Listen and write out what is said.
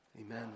Amen